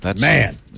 Man